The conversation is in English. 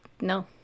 No